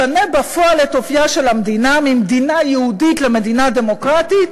משנה בפועל את אופייה של המדינה ממדינה יהודית למדינה דמוקרטית,